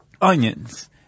onions